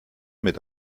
mit